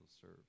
serve